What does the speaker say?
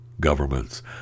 governments